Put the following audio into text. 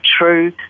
true